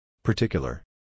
Particular